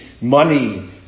money